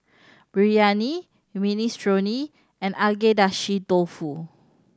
Biryani Minestrone and Agedashi Dofu